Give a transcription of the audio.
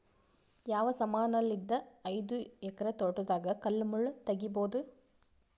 ಯಾವ ಸಮಾನಲಿದ್ದ ಐದು ಎಕರ ತೋಟದಾಗ ಕಲ್ ಮುಳ್ ತಗಿಬೊದ?